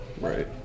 right